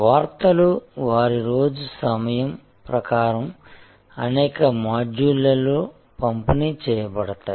వార్తలు వారి రోజు సమయం ప్రకారం అనేక మాడ్యూళ్ళలో పంపిణీ చేయబడతాయి